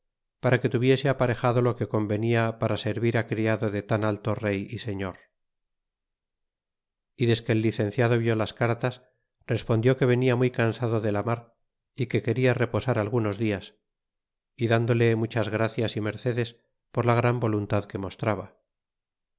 para que tuviese aparejado lo que convenia para servir criado de tan alto rey y señor y desque el licenciado vió las cartas respondió que venia muy cansado de la mar y que queda reposar algunos dias y dándole muchas gracias y mercedes por la gran voluntad que mostraba